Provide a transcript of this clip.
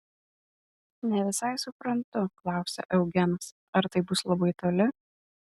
ne visai suprantu klausė eugenas ar tai bus labai toli